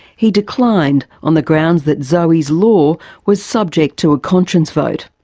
he declined on the grounds that zoe's law was subject to a conscience vote.